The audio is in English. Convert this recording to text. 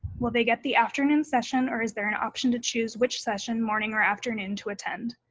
will they get the afternoon session or is there an option to choose which session, morning or afternoon, to attend?